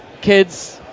kids